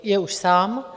Je už sám.